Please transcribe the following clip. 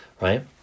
right